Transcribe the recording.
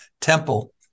temple